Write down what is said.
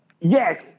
Yes